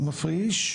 הוא מפריש.